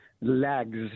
legs